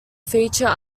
featured